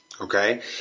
Okay